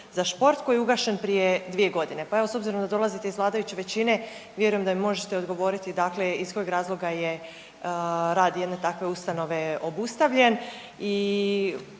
za šport koji je ugašen prije 2 godine, pa evo s obzirom da dolazite iz vladajuće većine vjerujem da mi možete odgovori dakle iz kojeg razloga je rad jedne takve ustanove obustavljen